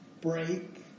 break